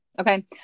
Okay